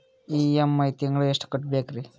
EMI ತಿಂಗಳ ಎಷ್ಟು ಕಟ್ಬಕ್ರೀ?